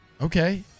Okay